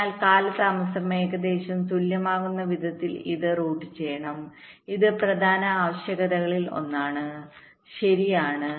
അതിനാൽ കാലതാമസം ഏകദേശം തുല്യമാകുന്ന വിധത്തിൽ ഇത് റൂട്ട് ചെയ്യണം ഇത് പ്രധാന ആവശ്യകതകളിൽ ഒന്നാണ് ശരിയാണ്